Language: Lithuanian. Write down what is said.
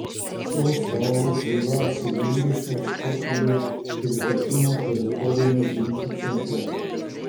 šios salos yra atsidūrusios tokijo ir pekino teritorinio ginčo centre